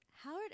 Howard